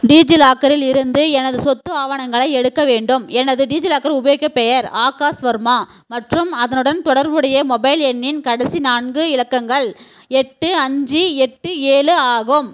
டிஜிலாக்கரில் இருந்து எனது சொத்து ஆவணங்களை எடுக்க வேண்டும் எனது டிஜிலாக்கர் உபயோகப் பெயர் ஆகாஷ்வர்மா மற்றும் அதனுடன் தொடர்புடைய மொபைல் எண்ணின் கடைசி நான்கு இலக்கங்கள் எட்டு அஞ்சு எட்டு ஏழு ஆகும்